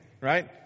Right